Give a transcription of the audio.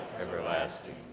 everlasting